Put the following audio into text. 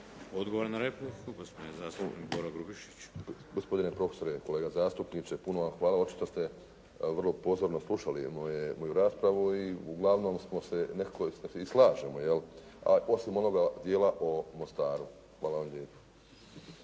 Odgovor na repliku, gospodin zastupnik Boro Grubišić. **Grubišić, Boro (HDSSB)** Gospodine profesore, kolega zastupniče, puno vam hvala. Očito ste vrlo pozorno slušali moju raspravu i uglavnom se nekako i slažemo, a osim onoga dijela o Mostaru. Hvala vam lijepo.